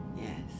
Yes